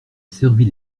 servit